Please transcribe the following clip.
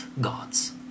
gods